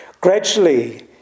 Gradually